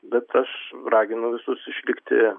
bet aš raginu visus išlikti